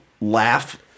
laugh